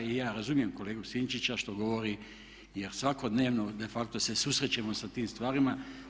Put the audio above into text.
I ja razumijem kolegu Sinčića što govori, jer svakodnevno de facto se susrećemo sa tim stvarima.